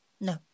No